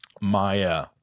Maya